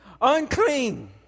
unclean